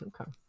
okay